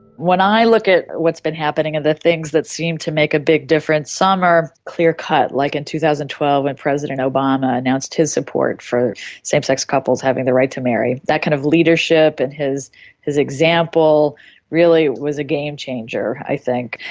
when i look at what's been happening and the things that seem to make a big difference, some are clear-cut, like in two thousand and twelve when president obama announced his support for same-sex couples having the right to marry. that kind of leadership and his his example really was a game-changer i think.